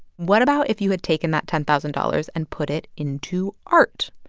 what about if you had taken that ten thousand dollars and put it into art?